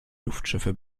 luftschiffe